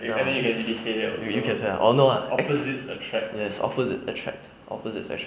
ya you you can say that or no ah yes opposites attract opposite attract